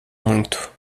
muito